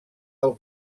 del